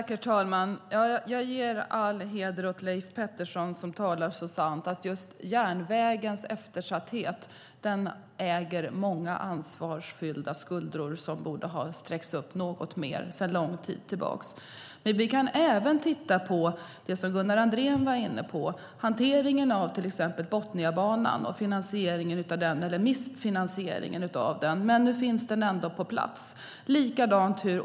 Herr talman! All heder åt Leif Pettersson, som talar så sant. Just järnvägens eftersatthet äger många ansvarstyngda skuldror som borde ha sträckts upp något mer sedan lång tid tillbaka. Men vi kan även titta på det som Gunnar Andrén var inne på: hanteringen av till exempel Botniabanan och finansieringen av den, eller snarare missfinansieringen. Nu finns den ändå på plats.